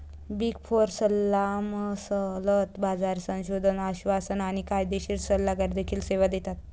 big four सल्लामसलत, बाजार संशोधन, आश्वासन आणि कायदेशीर सल्लागार देखील सेवा देतात